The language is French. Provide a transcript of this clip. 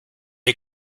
est